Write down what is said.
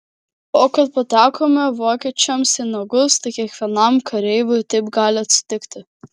o kad patekome vokiečiams į nagus tai kiekvienam kareiviui taip gali atsitikti